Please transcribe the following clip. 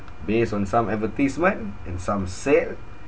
based on some advertisement and some sale